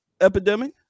epidemic